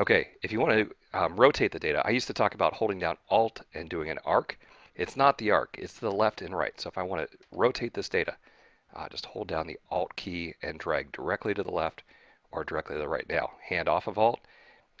okay if you want to um rotate the data i used to talk about holding down alt and doing an arc it's not the arc it's to the left and right. so, if i want to rotate this data just hold down the alt key and drag directly to the left or directly to the right. now, hand off of alt